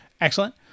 Excellent